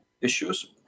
issues